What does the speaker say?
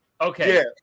Okay